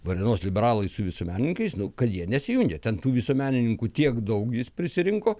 varėnos liberalai su visuomenininkais nu kad jie nesijungia ten tų visuomenininkų tiek daug jis prisirinko